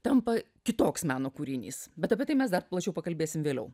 tampa kitoks meno kūrinys bet apie tai mes dar plačiau pakalbėsim vėliau